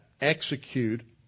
execute